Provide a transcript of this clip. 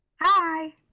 Hi